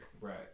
Right